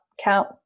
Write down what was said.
count